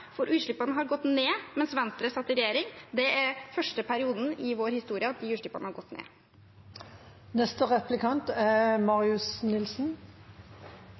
for utslippene har gått ned mens Venstre satt i regjering. Det er den første perioden i vår historie at de utslippene har gått ned.